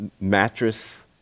mattress